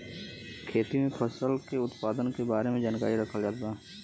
खेती में फसल के उत्पादन के बारे में जानकरी रखल जात बा